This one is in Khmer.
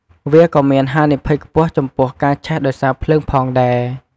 វាក៏មានហានិភ័យខ្ពស់ចំពោះ ការឆេះដោយសារភ្លើងផងដែរ។